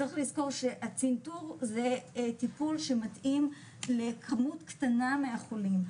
צריך לזכור שהצנתור זה טיפול שמתאים לכמות קטנה מהחולים,